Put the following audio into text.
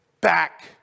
back